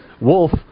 Wolf